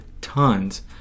tons